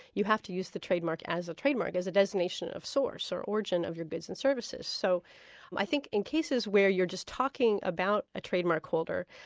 you have to use the trademark as a trademark, as a designation of source, or origin of your goods and services. so i think in cases where you're just talking about a trademark holder,